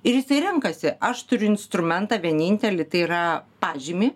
ir jisai renkasi aš turiu instrumentą vienintelį tai yra pažymį